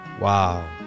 Wow